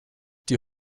die